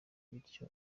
bityo